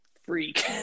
freak